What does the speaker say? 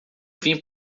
vim